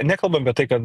nekalbam apie tai kad